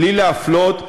בלי להפלות,